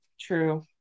true